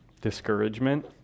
discouragement